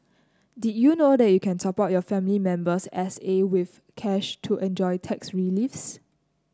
did you know that you can top up your family member's S A with cash to enjoy tax reliefs